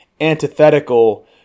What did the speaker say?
antithetical